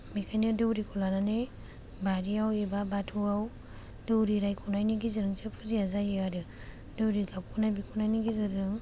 बेखायनो दौरिखौ लानानै बारियाव एबा बाथौआव दौरि रायख'नायनि गेजेरजोंसो फुजाया जायो आरो दौरि गाबख'नाय बिख'नायनि गेजेरजों